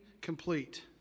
complete